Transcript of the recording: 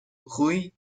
rouille